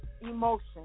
emotion